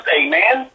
amen